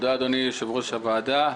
אדוני יושב-ראש הוועדה.